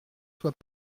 soient